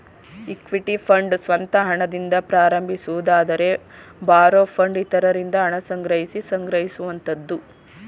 equity fund ಸ್ವಂತ ಹಣದಿಂದ ಆರಂಭಿಸುವುದಾದರೆ ಬಾರೋ ಫಂಡ್ ಇತರರಿಂದ ಹಣ ಸಂಗ್ರಹಿಸಿ ಸಂಗ್ರಹಿಸುವಂತದ್ದು